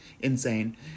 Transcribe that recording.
insane